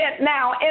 now